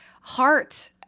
heart